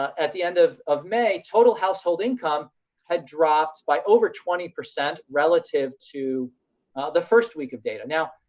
ah at the end of of may, total household income had dropped by over twenty percent relative to the first week of data. now,